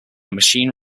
machine